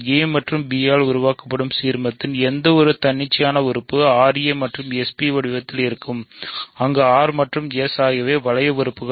a மற்றும் b ஆல் உருவாக்கப்படும் சீர்மத்தின் எந்தவொரு தன்னிச்சையான உறுப்பு ra மற்றும் sb வடிவத்தில் உள்ளது அங்கு r மற்றும் s இரண்டு வளைய உறுப்புகள்